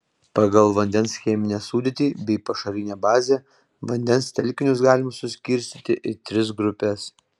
pagal vandens cheminę sudėtį bei pašarinę bazę vandens telkinius galima suskirstyti į tris grupes